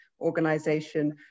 organization